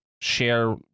share